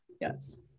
yes